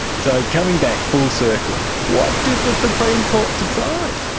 so coming back full circle, what did the supreme court decide?